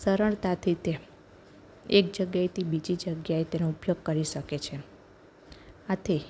સરળતાથી તે એક જગ્યાએથી બીજી જગ્યાએ તેનો ઉપયોગ કરી શકે છે આથી